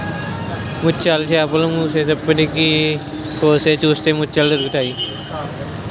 ముత్యాల చేపలు మొప్పల్ని కోసి చూస్తే ముత్యాలు దొరుకుతాయి